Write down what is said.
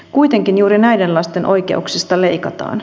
kuitenkin juuri näiden lasten oikeuksista leikataan